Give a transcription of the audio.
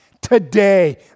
today